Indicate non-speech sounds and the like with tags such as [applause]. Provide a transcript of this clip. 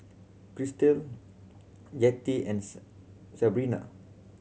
Krystle [noise] Jettie and [unintelligible] Sebrina